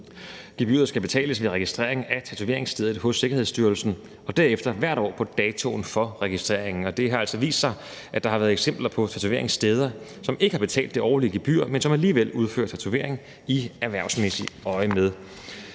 Gebyret skal betales ved registrering af tatoveringsstedet hos Sikkerhedsstyrelsen og derefter hvert år på datoen for registreringen. Og det har altså vist sig, at der har været eksempler på tatoveringssteder, som ikke har betalt det årlige gebyr, men som alligevel udfører tatovering i erhvervsmæssigt øjemed.